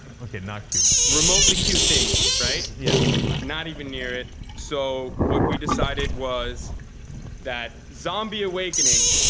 ok not cute. remotely cute things right? yes not even near it. so what we decided was that zombie awakening.